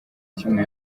kimwe